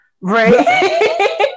Right